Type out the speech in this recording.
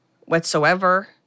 Whatsoever